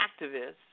activists